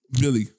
Billy